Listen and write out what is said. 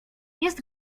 jest